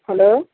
hello